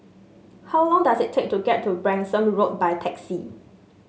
how long does it take to get to Branksome Road by taxi